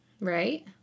Right